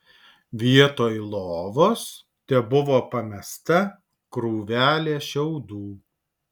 vietoj lovos tebuvo pamesta krūvelė šiaudų